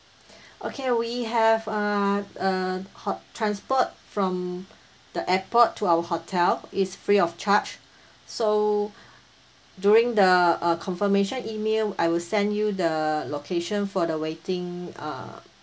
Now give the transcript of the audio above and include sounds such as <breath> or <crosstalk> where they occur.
<breath> okay we have uh uh hot~ transport from the airport to our hotel it's free of charge so during the uh confirmation email I will send you the location for the waiting uh